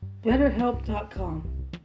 BetterHelp.com